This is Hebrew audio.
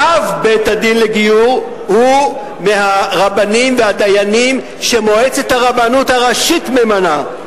ואב בית-הדין לגיור הוא מהרבנים והדיינים שמועצת הרבנות הראשית ממנה.